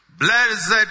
Blessed